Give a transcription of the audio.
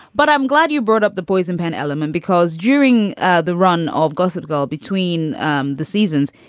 but i'm glad you brought up the poison pen element because during ah the run of gossip girl between um the seasons,